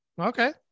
Okay